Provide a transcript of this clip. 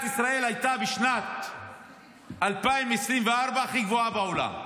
ישראל הייתה בשנת 2024 הכי גבוהה בעולם,